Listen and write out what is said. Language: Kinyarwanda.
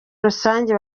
rusange